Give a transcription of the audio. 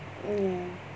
ya